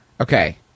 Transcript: Okay